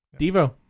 Devo